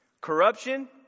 Corruption